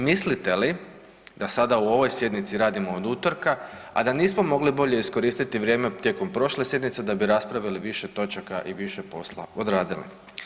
Mislite li da sada u ovoj sjednici radimo od utorka, a da nismo mogli bolje iskoristiti vrijeme tijekom prošle sjednice da bi raspravili više točaka i više posla odradili?